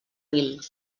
mil